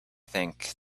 think